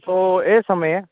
તો એ સમયે